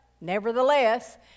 nevertheless